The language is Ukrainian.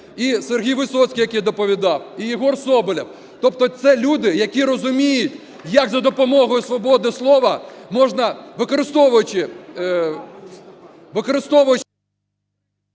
і Сергій Висоцький, який доповідав, і Єгор Соболєв. Тобто це люди, які розуміють як за допомогою свободи слова можна, використовуючи...